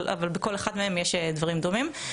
אבל בכל אחד מהם יש דברים דומים.